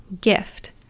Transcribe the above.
gift